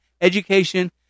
education